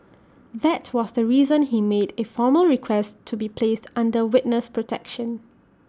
that was the reason he made A formal request to be placed under witness protection